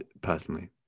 personally